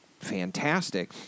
Fantastic